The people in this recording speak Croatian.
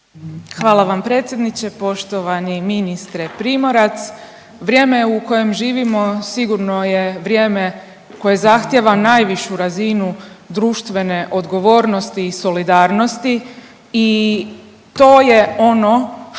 Hvala vam predsjedniče. Poštovani ministre Primorac. Vrijeme u kojem živimo sigurno je vrijeme koje zahtijeva najvišu razinu društvene odgovornosti i solidarnosti i to je ono